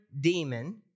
demon